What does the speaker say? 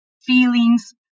feelings